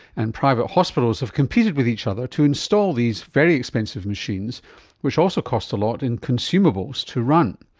and private hospitals have competed with each other to install these very expensive machines which also cost a lot in consumables to run.